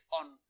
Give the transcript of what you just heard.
on